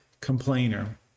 complainer